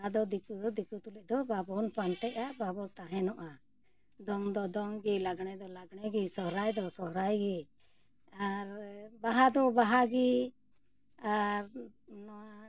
ᱟᱫᱚ ᱫᱤᱠᱩ ᱫᱚ ᱫᱤᱠᱩ ᱛᱩᱞᱩᱡ ᱫᱚ ᱵᱟᱵᱚᱱ ᱯᱟᱱᱛᱮᱜᱼᱟ ᱵᱟᱵᱚᱱ ᱛᱟᱦᱮᱱᱚᱜᱼᱟ ᱫᱚᱝ ᱫᱚ ᱫᱚᱝᱜᱮ ᱞᱟᱜᱽᱬᱮ ᱫᱚ ᱞᱟᱜᱽᱬᱮ ᱜᱮ ᱥᱚᱦᱨᱟᱭ ᱫᱚ ᱥᱚᱦᱨᱟᱭ ᱜᱮ ᱟᱨ ᱵᱟᱦᱟ ᱫᱚ ᱵᱟᱦᱟᱜᱮ ᱟᱨ ᱱᱚᱣᱟ